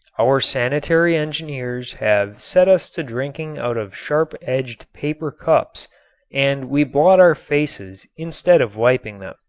our sanitary engineers have set us to drinking out of sharp-edged paper cups and we blot our faces instead of wiping them.